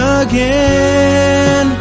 again